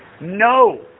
No